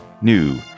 new